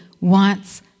wants